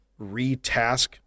retask